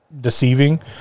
deceiving